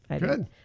good